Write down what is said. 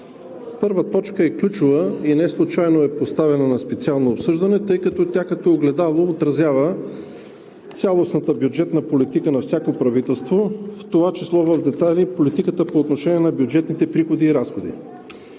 Първата точка е ключова и неслучайно е поставена на специално обсъждане, тъй като тя като огледало отразява цялостната бюджетна политика на всяко правителство, в това число в детайли и политиката по отношение на бюджетните приходи и разходи.